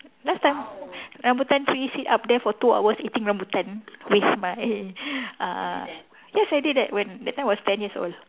last time rambutan tree sit up there for two hours eating rambutan with my uh yes I did that when that time I was ten years old